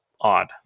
odd